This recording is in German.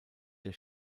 der